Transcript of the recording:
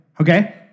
okay